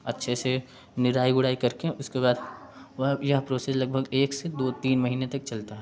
अच्छे से निराई गुड़ाई करके उसके बाद वह यह प्रोसेस लगभग एक से दो तीन महीने तक चलता है